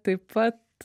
taip pat